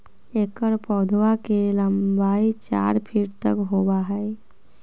एकर पौधवा के लंबाई चार फीट तक होबा हई